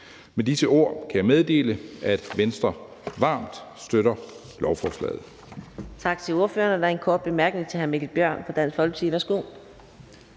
Med disse ord kan jeg meddele, at Venstre varmt støtter lovforslaget.